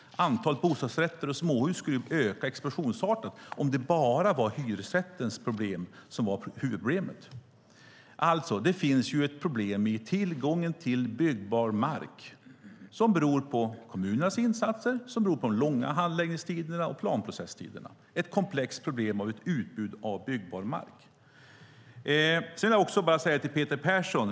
Antalet bostadsrätter och småhus skulle öka explosionsartat om det bara var hyresrätten som var huvudproblemet. Det finns ett problem i tillgången till byggbar mark, som beror på kommunernas insatser och på de långa handläggningstiderna och planprocesstiderna. Det är ett komplext problem med utbudet av byggbar mark. Jag vill bara säga en sak till Peter Persson.